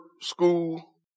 school